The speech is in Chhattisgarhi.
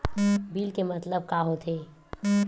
बिल के मतलब का होथे?